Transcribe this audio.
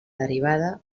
derivada